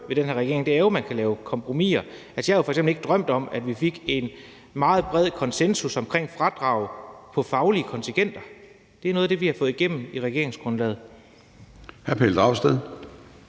ved den her regering, er, at man kan lave kompromiser. Jeg havde jo f.eks. ikke drømt om, at vi fik en meget bred konsensus om fradrag af faglige kontingenter. Det er noget af det, vi har fået gennem i regeringsgrundlaget.